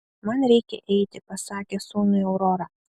man reikia eiti pasakė sūnui aurora